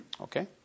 okay